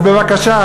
אז בבקשה,